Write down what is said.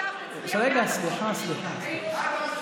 עכשיו תצביע בעד החוק.